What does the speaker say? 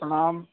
प्रणाम